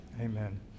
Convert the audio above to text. Amen